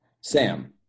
Sam